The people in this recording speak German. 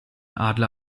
adler